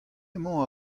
emañ